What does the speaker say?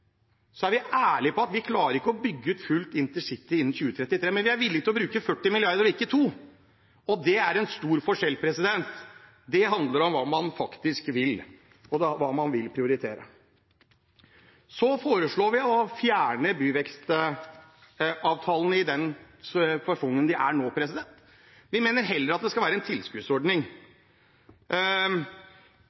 er vi ærlige på at vi ikke klarer å bygge ut fullt intercity innen 2033, men vi er villige til å bruke 40 mrd. kr og ikke 2 mrd. kr, og det er en stor forskjell. Det handler om hva man faktisk vil, og hva man vil prioritere. Så foreslår vi å fjerne byvekstavtalene i den fasongen de har nå. Vi mener at det heller skal være en tilskuddsordning.